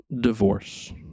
divorce